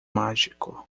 mágico